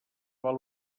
val